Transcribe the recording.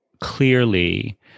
clearly